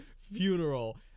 funeral